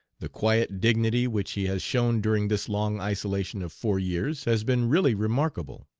the quiet dignity which he has shown during this long isolation of four years has been really remarkable.